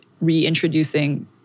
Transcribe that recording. reintroducing